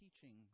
teaching